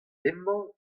hemañ